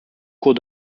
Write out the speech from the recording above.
cours